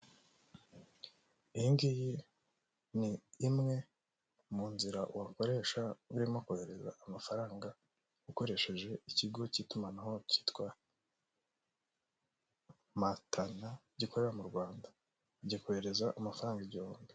Iyi ngiyi ni imwe mu nzira wakoresha urimo kohereza amafaranga, ukoresheje ikigo cy'itumanaho cyitwa MTN gikorera mu Rwanda .ngiye kohereza amafaranga igihumbi.